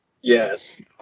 Yes